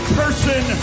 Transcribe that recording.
person